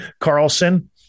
Carlson